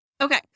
Okay